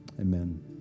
amen